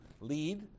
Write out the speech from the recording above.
lead